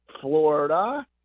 Florida